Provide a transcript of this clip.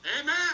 Amen